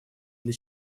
для